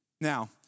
Now